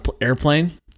airplane